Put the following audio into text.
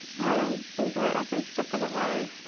um be there every step of the way.